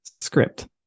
script